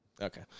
Okay